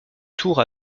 tour